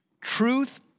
Truth